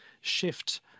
shift